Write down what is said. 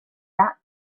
that